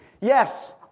Yes